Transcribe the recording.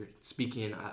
speaking